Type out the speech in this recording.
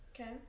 okay